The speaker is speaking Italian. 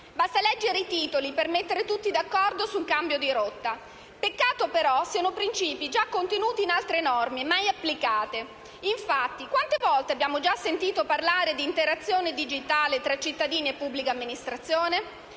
Basta leggere i titoli per mettere tutti d'accordo su un cambio di rotta. Peccato, però, che siano principi già contenuti in altre norme mai applicate. Infatti, quante volte abbiamo già sentito parlare di interazione digitale tra cittadini e pubblica amministrazione?